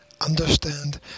Understand